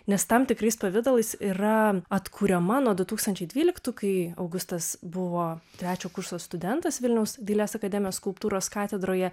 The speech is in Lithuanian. nes tam tikrais pavidalais yra atkuriama nuo du tūkstančiai dvyliktų kai augustas buvo trečio kurso studentas vilniaus dailės akademijos skulptūros katedroje